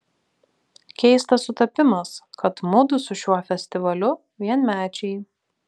keistas sutapimas kad mudu su šiuo festivaliu vienmečiai